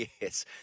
yes